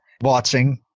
watching